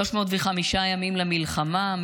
305 ימים למלחמה,